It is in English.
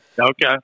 Okay